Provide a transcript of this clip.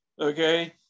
okay